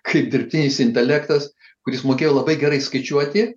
kaip dirbtinis intelektas kuris mokėjo labai gerai skaičiuoti